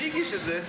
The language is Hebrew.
מי הגיש את זה?